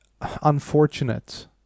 unfortunate